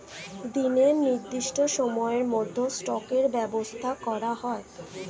দিনের নির্দিষ্ট সময়ের মধ্যে স্টকের ব্যবসা করা হয়